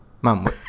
mom